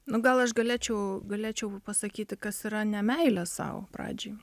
nu gal aš galėčiau galėčiau pasakyti kas yra nemeilė sau pradžiai